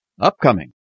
upcoming